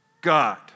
God